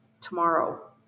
tomorrow